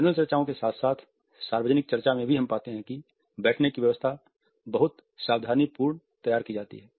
panel चर्चाओं के साथ साथ सार्वजनिक चर्चा में भी हम पाते हैं कि बैठने की व्यवस्था बहुत सावधानीपूर्वक तैयार की जाती है